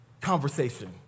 Conversation